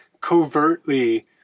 covertly